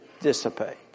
dissipate